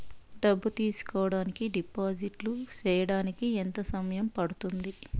డబ్బులు తీసుకోడానికి డిపాజిట్లు సేయడానికి ఎంత సమయం పడ్తుంది